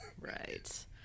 right